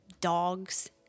dogs